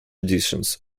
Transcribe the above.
additions